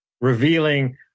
revealing